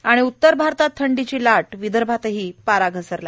आणि उत्तर भारतात थंडीची लाट विदर्भातही पारा घसरला